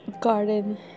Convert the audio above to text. garden